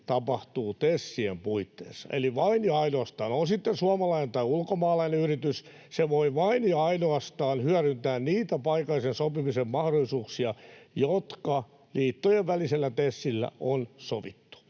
tapahtuu TESien puitteissa. Eli on sitten suomalainen tai ulkomaalainen yritys, se voi vain ja ainoastaan hyödyntää niitä paikallisen sopimisen mahdollisuuksia, jotka liittojen välisellä TESillä on sovittu.